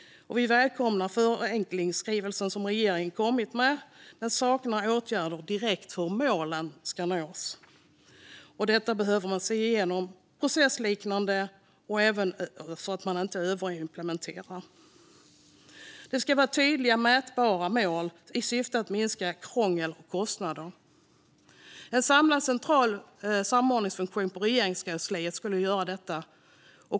Vi välkomnar den förenklingsskrivelse som regeringen kommit med, men den saknar direkta åtgärder för hur målen ska nås. Man behöver se över detta med processinriktade åtgärder och se till att man inte överimplementerar. Det ska vara tydliga och mätbara mål. Syftet ska vara att minska krångel och kostnader. En samlad central samordningsfunktion på Regeringskansliet skulle göra detta.